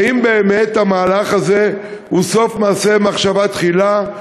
האם המהלך הזה הוא באמת "סוף מעשה במחשבה תחילה",